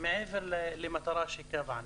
מעבר למטרה שקבענו.